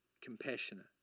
compassionate